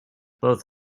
both